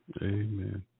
Amen